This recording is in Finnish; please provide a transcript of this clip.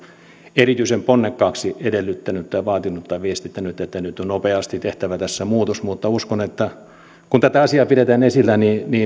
erityisen ponnekkaasti edellyttänyt tai vaatinut tai viestittänyt että nyt on nopeasti tehtävä tähän muutos mutta uskon että kun tätä asiaa pidetään esillä